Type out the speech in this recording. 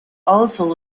also